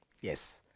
yes